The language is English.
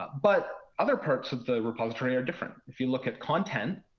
but other parts of the repository are different. if you look at content,